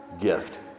gift